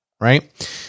Right